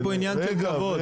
אין כאן עניין של כבוד.